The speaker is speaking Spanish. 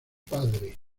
padre